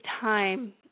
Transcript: time